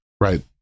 right